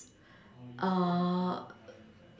uh